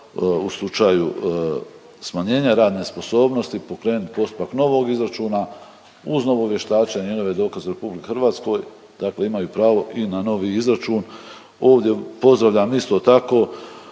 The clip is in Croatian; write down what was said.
u slučaju smanjenja radne sposobnosti pokrenuti postupak novog izračuna uz novo vještačenje, .../Govornik se ne razumije./... dokaz RH dakle imaju pravo i na novi izračun. Ovdje pozdravljam isto tako,